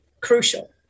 crucial